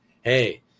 Hey